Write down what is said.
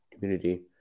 community